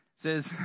Says